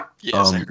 Yes